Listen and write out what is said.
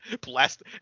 blast